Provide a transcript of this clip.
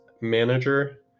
manager